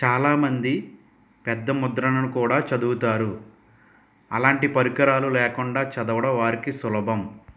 చాలా మంది పెద్ద ముద్రణను కూడా చదువుతారు అలాంటి పరికరాలు లేకుండా చదవడం వారికి సులభం